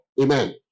Amen